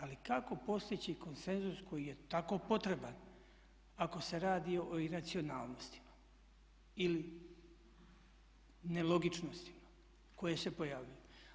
Ali kako postići konsenzus koji je tako potreban ako se radi o iracionalnosti ili nelogičnostima koje se pojavljuju.